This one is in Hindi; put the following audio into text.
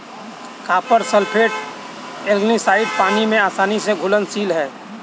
कॉपर सल्फेट एल्गीसाइड पानी में आसानी से घुलनशील है